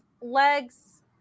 legs